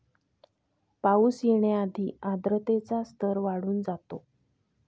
पाऊस येण्याआधी आर्द्रतेचा स्तर वाढून जातो